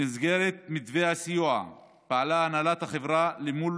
במסגרת מתווה הסיוע פעלה הנהלת החברה מול